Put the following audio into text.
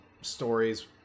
stories